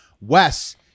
wes